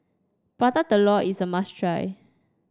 Prata Telur is a must try